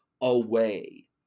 away